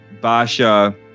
Basha